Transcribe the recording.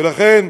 ולכן,